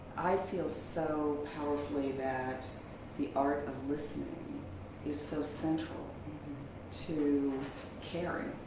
i feel so powerfully that the art of listening is so central to caring.